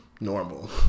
normal